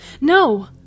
No